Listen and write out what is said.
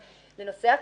היא נושא הקטינים.